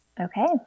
Okay